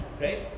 right